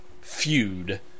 feud